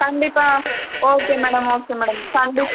கண்டிப்பாக okay madam okay madam கண்டிப்